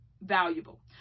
valuable